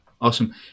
Awesome